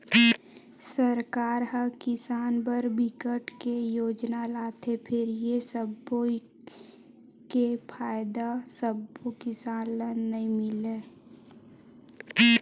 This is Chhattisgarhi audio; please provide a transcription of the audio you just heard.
सरकार ह किसान बर बिकट के योजना लाथे फेर ए योजना के फायदा सब्बो किसान ल नइ मिलय